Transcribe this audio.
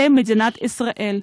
עם מדינת ישראל.